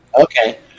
Okay